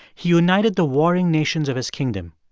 he united the warring nations of his kingdom.